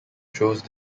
chose